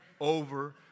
over